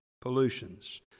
pollutions